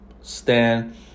stand